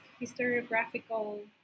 Historiographical